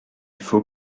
faut